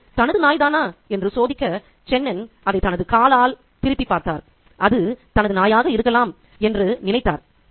அது தனது நாய் தானா என்று சோதிக்க சென்னன் அதை தனது காலால் திருப்பி பார்த்ததார் அது தனது நாயாக இருக்கலாம் என்று நினைத்தார்